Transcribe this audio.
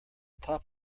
top